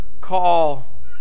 call